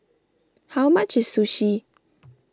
how much is Sushi